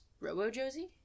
Robo-Josie